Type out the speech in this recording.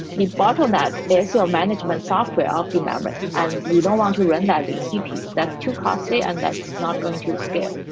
the bottleneck is your management software of the memory and you don't want to run that in cpu. that's too costly and that's not going to scale.